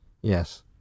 Yes